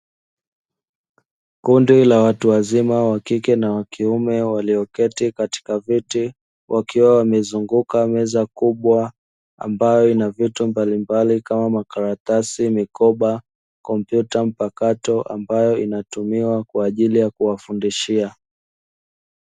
Kundi la watu wazima wa kike na wa kiume walioketi katika viti wakiwa wamezunguka meza kubwa ambayo ina vitu mbalimbali kama makaratasi, mikoba, kompyuta mpakato ambayo inatumiwa kwa ajili ya kuwafundishia.